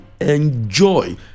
enjoy